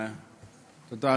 תודה,